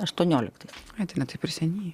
aštuonioliktais ai tai ne taip ir seniai